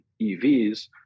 EVs